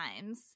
times